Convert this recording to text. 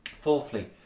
fourthly